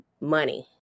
money